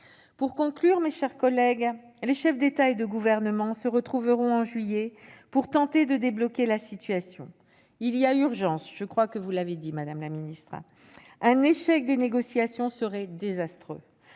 Pour conclure, mes chers collègues, je veux dire que les chefs d'État et de gouvernement se retrouveront en juillet pour tenter de débloquer la situation. Il y a urgence, et vous l'avez dit, madame la secrétaire d'État. Un échec des négociations serait désastreux